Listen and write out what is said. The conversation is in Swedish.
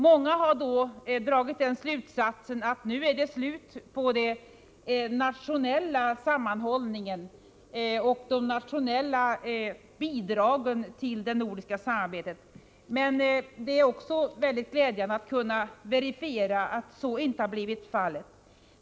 Många har dragit slutsatsen att den nationella sammanhållningen och de nationella bidragen till det nordiska samarbetet därmed skulle upphöra. Det är positivt att kunna verifiera att så inte har blivit fallet.